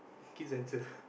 Kids Central